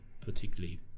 particularly